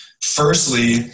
firstly